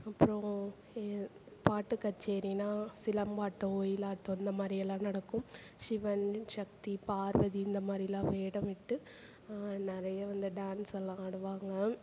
அப்றம் ஏ பாட்டு கச்சேரினால் சிலம்பாட்டம் ஒயிலாட்டம் இந்த மாதிரி எல்லாம் நடக்கும் ஷிவன் ஷக்தி பார்வதி இந்த மாதிரிலாம் வேடமிட்டு நிறைய வந்து டான்ஸ் எல்லாம் ஆடுவாங்க